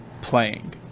playing